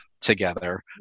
together